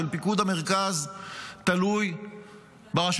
של פיקוד המרכז תלוי ברשות